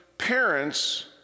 parents